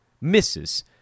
misses